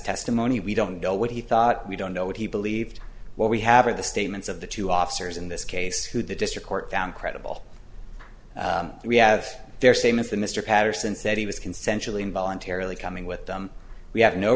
testimony we don't know what he thought we don't know what he believed what we have read the statements of the two officers in this case who the district court found credible we have there same as the mr patterson said he was consensual in voluntarily coming with them we have no